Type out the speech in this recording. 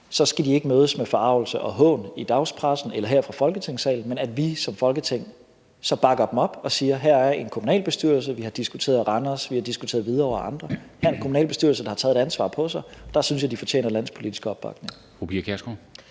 så skal de ikke mødes med forargelse og hån i dagspressen eller her fra Folketingssalen, men at vi som Folketing bakker dem op og siger: Her er en kommunalbestyrelse – vi har diskuteret Randers, vi har diskuteret Hvidovre og andre – der har taget et ansvar på sig, og der synes jeg de fortjener landspolitisk opbakning.